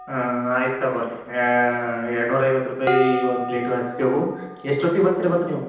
ಹಾಂ ಆಯ್ತು ತಗೋರಿ ಏಳ್ನೂರ ಐವತ್ತು ರೂಪಾಯಿ ಈಗ ಒನ್ ಪ್ಲೇಟ್ ಹಚ್ತೇವು ಎಷ್ಟೊತ್ತಿಗೆ ಬತ್ರಿ ಮತ್ತೆ ನೀವು